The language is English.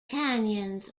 canyons